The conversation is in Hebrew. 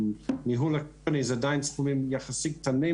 ניהול הקרן זה עדיין סכומים יחסית קטנים